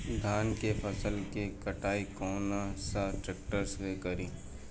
धान के फसल के कटाई कौन सा ट्रैक्टर से करी?